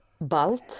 bald